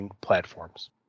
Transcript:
platforms